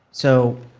so,